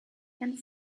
and